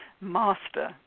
Master